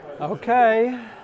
Okay